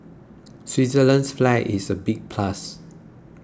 Switzerland's flag is a big plus